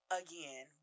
again